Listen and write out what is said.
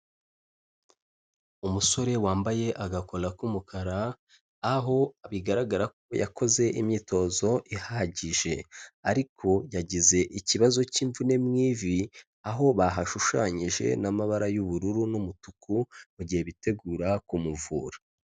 Umusore wambaye agakora k'umukara, aho bigaragara ko yakoze imyitozo ihagije, ariko yagize ikibazo cy'imvune mu ivi, aho bahashushanyije n'amabara y'ubururu n'umutuku, mu gihe bitegura kumuvura.